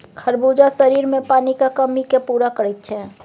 खरबूजा शरीरमे पानिक कमीकेँ पूरा करैत छै